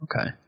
Okay